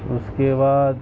اس کے بعد